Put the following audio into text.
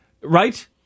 Right